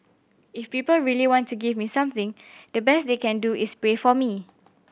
if people really want to give me something the best they can do is pray for me